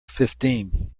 fifteen